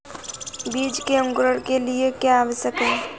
बीज के अंकुरण के लिए क्या आवश्यक है?